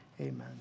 Amen